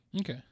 Okay